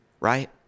Right